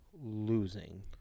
losing